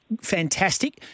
fantastic